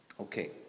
Okay